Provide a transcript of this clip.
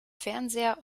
fernseher